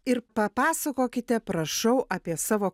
ir papasakokite prašau apie savo